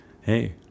Hey